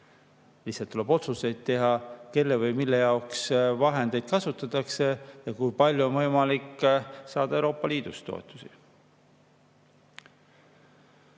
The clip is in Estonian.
Lihtsalt tuleb otsustada, kelle või mille jaoks vahendeid kasutatakse ja kui palju on võimalik saada Euroopa Liidust